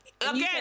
Again